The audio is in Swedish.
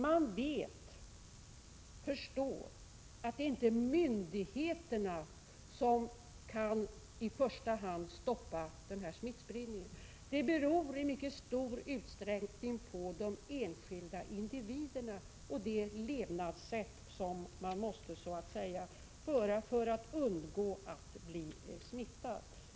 Man vet och förstår att det inte är myndigheterna som i första hand kan stoppa smittspridningen. Det beror i mycket stor utsträckning på de enskilda individerna och det levnadssätt som man måste ha för att undgå att bli smittad.